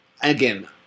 again